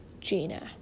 Gina